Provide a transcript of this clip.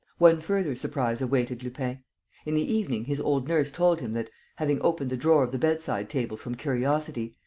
one further surprise awaited lupin. in the evening his old nurse told him that, having opened the drawer of the bedside table from curiosity,